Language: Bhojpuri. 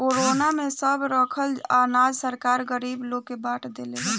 कोरोना में सब रखल अनाज सरकार गरीब लोग के बाट देहले बा